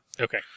Okay